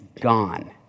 gone